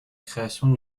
création